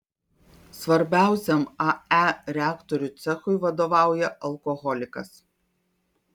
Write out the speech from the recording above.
svarbiausiam ae reaktorių cechui vadovauja alkoholikas